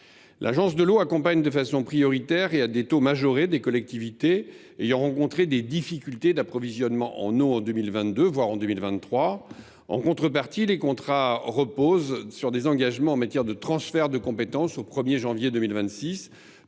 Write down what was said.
L’agence de l’eau accompagne de façon prioritaire, et à des taux majorés, les collectivités ayant rencontré des difficultés d’approvisionnement en eau en 2022 ou en 2023. En contrepartie, les contrats reposent sur des engagements en matière de transferts de compétences au 1 janvier 2026,